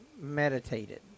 meditated